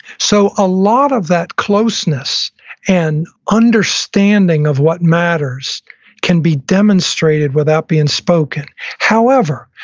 so a lot of that closeness and understanding of what matters can be demonstrated without being spoken however,